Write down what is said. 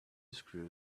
screw